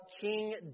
King